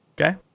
okay